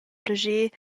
plascher